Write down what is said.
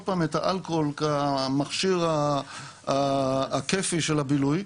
פעם את האלכוהול כמכשיר הכיפי של הבילוי,